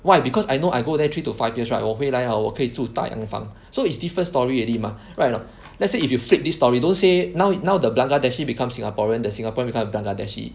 why because I know I go there three to five years right 我回来 hor 我可以住大洋房 so it's different story already mah right or not let's say if you flip this story don't say now now the Bangladeshi become Singaporean the Singaporean become Bangladeshi